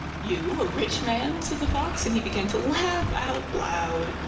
you, a rich man? said the fox, and he began to laugh out loud.